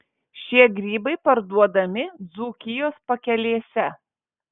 šie grybai parduodami dzūkijos pakelėse